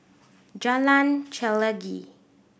Jalan Chelagi